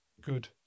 good